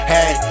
Hey